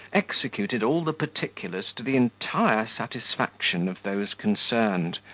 executed all the particulars to the entire satisfaction of those concerned,